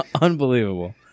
unbelievable